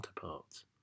counterparts